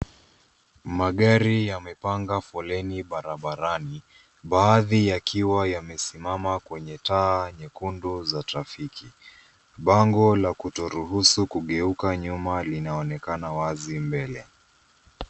Magari yamepanga foleni barabarani, baadhi yakiwa yamesimama kwenye taa nyekundu za trafiki. Bango la kutoruhusu kugeuka nyuma linaonekana wazi mbele.